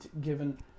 given